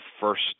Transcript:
first